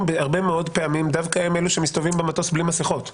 הרבה מאוד פעמים הם דווקא אלה שמסתובבים במטוס בלי מסכות.